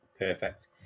perfect